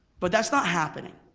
but that's not happening,